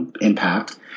impact